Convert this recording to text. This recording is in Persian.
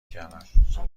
کردم